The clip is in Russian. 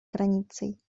границей